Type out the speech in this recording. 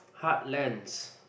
heartland